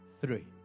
Three